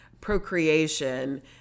procreation